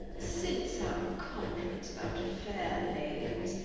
since our conference about fair ladies,